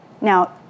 Now